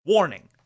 Warning